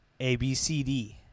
ABCD